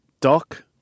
Doc